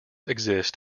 exist